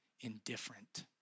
indifferent